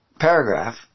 paragraph